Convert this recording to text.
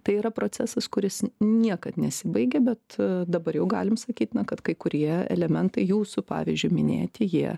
tai yra procesas kuris niekad nesibaigia bet dabar jau galim sakyt kad kai kurie elementai jūsų pavyzdžiui minėti jie